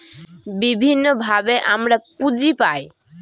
বিভিন্নভাবে আমরা পুঁজি পায়